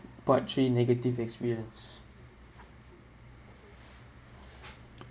part three negative experience